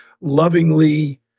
lovingly